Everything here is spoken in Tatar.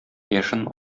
яшен